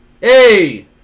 Hey